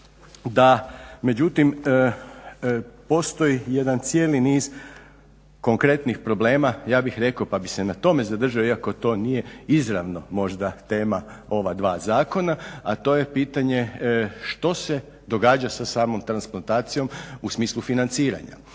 da međutim postoji jedan cijeli niz kompletnih problema ja bih rekao, pa bih se na tome zadržao iako to nije izravno možda tema ova dva zakona, a to je pitanje što se događa sa samom transplantacijom u smislu financiranja.